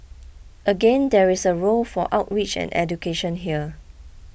again there is a role for outreach and education here